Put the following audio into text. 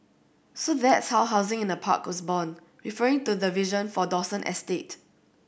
so that's how 'housing in a park' was born referring to the vision for Dawson estate